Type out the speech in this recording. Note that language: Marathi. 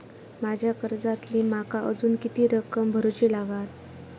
माझ्या कर्जातली माका अजून किती रक्कम भरुची लागात?